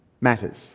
matters